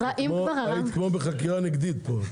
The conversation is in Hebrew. היית כמו בחקירה נגדית פה.